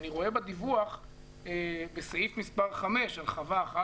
אני רואה בדיווח בסעיף מספר 5 על חווה אחת,